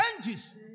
changes